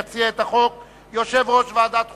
יציג את החוק יושב-ראש ועדת החוקה,